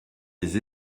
des